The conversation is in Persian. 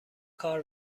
کار